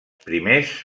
primers